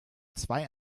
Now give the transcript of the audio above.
zwei